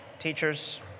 Teachers